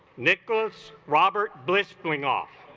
nicholas robert glistening off